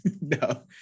no